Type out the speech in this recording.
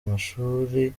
amashuri